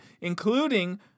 including